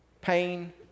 pain